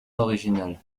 original